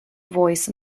voice